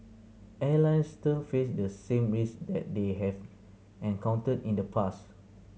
airlines still face the same risk that they have encountered in the past